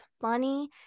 funny